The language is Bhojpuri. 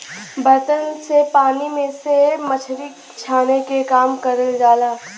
बर्तन से पानी में से मछरी छाने के काम करल जाला